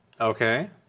Okay